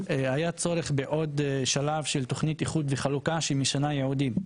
היה צורך בעוד שלב של תוכנית איחוד וחלוקה שהיא משנה ייעודים.